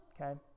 okay